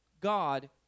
God